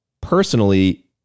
personally